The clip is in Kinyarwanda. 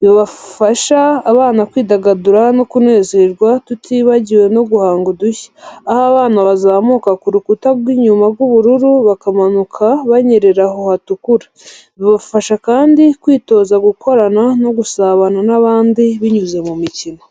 Bifasha abana kwidagadura no kunezerwa tutibagiwe no guhanga udushya, aho abana bazamukira ku rukuta rw'inyuma rw'ubururu bakamanuka banyerera aho hatukura. Bibafasha kandi kwitoza gukorana no gusabana n’abandi binyuze mu mikino.